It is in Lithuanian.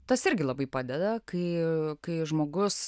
tas irgi labai padeda kai kai žmogus